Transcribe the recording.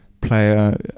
player